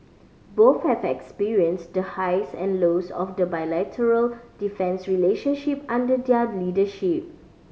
both have experienced the highs and lows of the bilateral defence relationship under their leadership